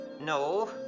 No